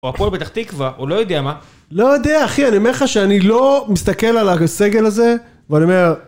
הוא הפועל פתח תקווה, הוא לא יודע מה. לא יודע אחי אני אומר לך שאני לא מסתכל על הסגל הזה ואני אומר.